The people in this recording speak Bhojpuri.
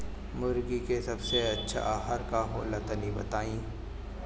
मुर्गी के सबसे अच्छा आहार का होला तनी बताई?